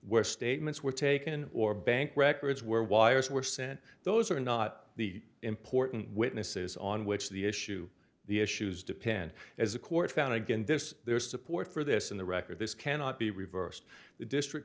where statements were taken or bank records where wires were sent those are not the important witnesses on which the issue the issues depend as the court found again this there is support for this in the record this cannot be reversed the district